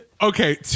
Okay